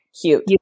Cute